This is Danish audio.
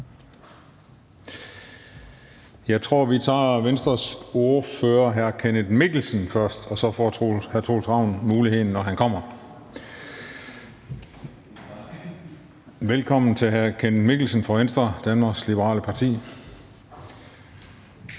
Jeg tror, vi tager Venstres ordfører, hr. Kenneth Mikkelsen, først, og så får hr. Troels Ravn muligheden, når han kommer. Velkommen til hr. Kenneth Mikkelsen fra Venstre, Danmarks Liberale Parti.